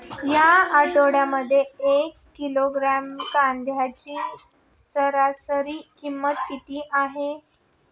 या आठवड्यात एक किलोग्रॅम कांद्याची सरासरी किंमत किती आहे?